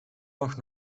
mag